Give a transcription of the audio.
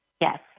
Yes